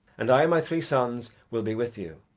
and i and my three sons will be with you.